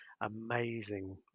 amazing